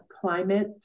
climate